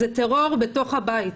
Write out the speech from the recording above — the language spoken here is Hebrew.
זה טרור בתוך הבית.